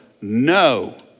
no